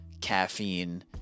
caffeine